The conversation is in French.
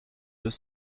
deux